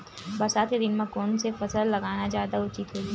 बरसात के दिन म कोन से फसल लगाना जादा उचित होही?